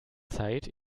zeit